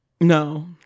No